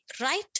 right